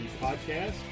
podcast